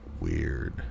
Weird